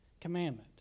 commandment